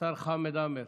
השר חמד עמאר.